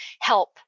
help